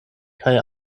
kaj